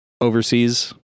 overseas